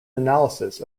analysis